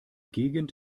gegend